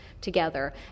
together